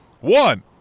One